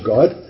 God